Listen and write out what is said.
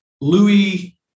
Louis